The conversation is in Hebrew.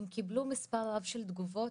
הם קיבלו מספר רב של תגובות,